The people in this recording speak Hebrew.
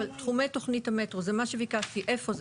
תחומי תוכנית המטרו, זה מה שביקשתי, איפה זה?